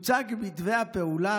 הוצג מתווה הפעולה,